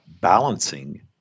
balancing